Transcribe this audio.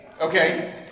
Okay